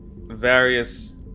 various